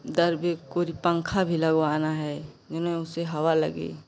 दरबे कुछ पंखा भी लगवाना है जौने उसे हवा लगे